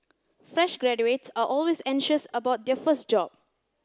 fresh graduates are always anxious about their first job